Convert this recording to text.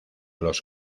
los